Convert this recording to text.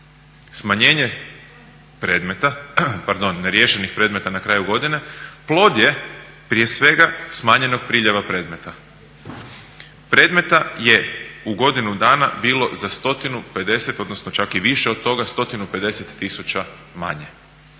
pardon neriješenih predmeta na kraju godine plod je prije svega smanjenog priljeva predmeta. Predmeta je u godinu dana bilo za 150, odnosno čak i više od toga 150 tisuća manje.